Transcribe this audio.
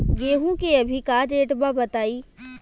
गेहूं के अभी का रेट बा बताई?